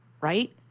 right